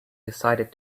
decided